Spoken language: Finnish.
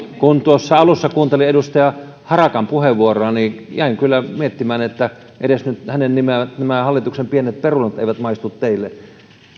kun alussa kuuntelin edustaja harakan puheenvuoroa niin jäin kyllä miettimään että edes nyt nämä hänen nimeämänsä hallituksen pienet perunat eivät maistu teille